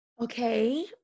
Okay